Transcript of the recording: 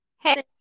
hey